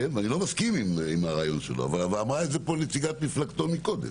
אני לא מסכים עם הדברים שלו אבל אמרה את זה פה נציגת מפלגתו קודם